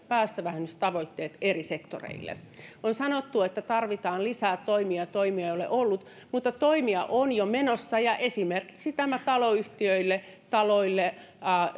päästövähennystavoitteet eri sektoreille on sanottu että tarvitaan lisää toimia ja toimia ei ole ollut mutta toimia on jo menossa ja esimerkiksi tämä taloyhtiöille